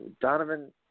Donovan